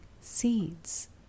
seeds